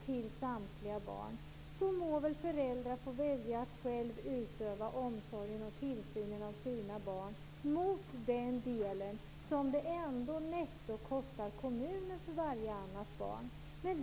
Då skulle föräldrarna kunna välja att själva utöva omsorgen och tillsynen av sina barn och få den del som det ändå netto kostar kommunen för varje annat barn.